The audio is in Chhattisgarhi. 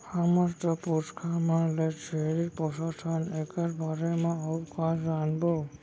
हमर तो पुरखा मन ले छेरी पोसत हन एकर बारे म अउ का जानबो?